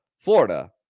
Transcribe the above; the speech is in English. Florida